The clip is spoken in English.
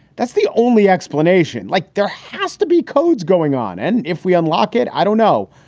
that's the only explanation. like there has to be codes going on and if we unlock it. i don't know.